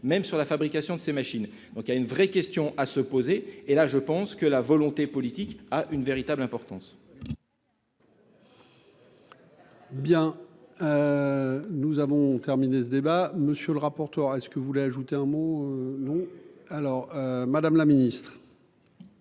même sur la fabrication de ces machines, donc il y a une vraie question à se poser, et là je pense que la volonté politique à une véritable importance.